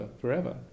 forever